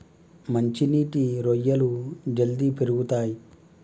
మంచి నీటి రొయ్యలు జల్దీ పెరుగుతయ్